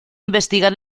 investigar